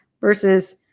versus